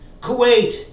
Kuwait